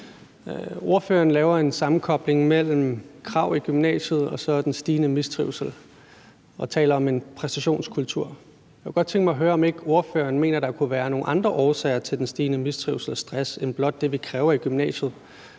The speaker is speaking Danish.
Ordføreren laver en sammenkobling mellem krav i gymnasiet og så den stigende mistrivsel og taler om en præstationskultur. Jeg kunne godt tænke mig at høre, om ikke ordføreren mener, at der kunne være nogle andre årsager til den stigende mistrivsel og stress end blot det, vi kræver i gymnasiet.